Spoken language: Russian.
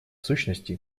сущности